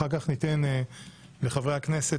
אחר כך ניתן לחברי הכנסת,